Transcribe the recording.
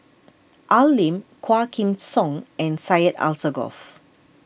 Al Lim Quah Kim Song and Syed Alsagoff